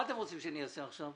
מה אתם רוצים שאני אעשה עכשיו?